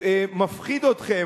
מפחיד אתכם?